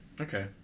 Okay